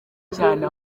cyane